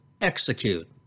execute